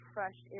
Fresh